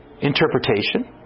interpretation